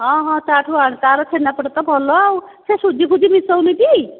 ହଁ ହଁ ତାଠୁ ଆଣ ତା'ର ଛେନାପୋଡ଼ ତ ଭଲ ଆଉ ସେ ସୁଜି ଫୁଜି ମିଶାଉନି ଟି